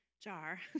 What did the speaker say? jar